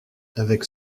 avec